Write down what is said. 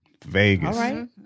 Vegas